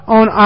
on